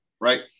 right